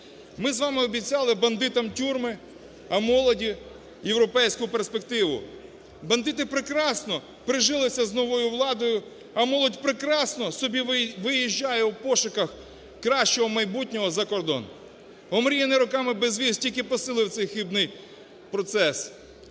Ми з вами обіцяли бандитам тюрми, а молоді європейську перспективу. Бандити прекрасно прижилися з новою владою, а молодь прекрасно собі виїжджає у пошуках кращого майбутнього за кордон. Омріяний роками безвіз тільки посилив цей хибний процес.